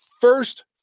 first